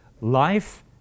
life